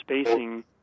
spacing